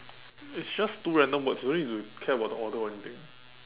it's just two random words don't need to care about the order or anything